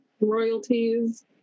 royalties